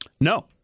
No